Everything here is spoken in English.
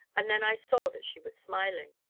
and then i saw that she was smiling.